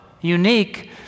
unique